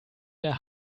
der